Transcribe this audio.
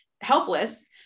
helpless